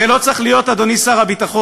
הרי לא צריך להיות, אדוני שר הביטחון,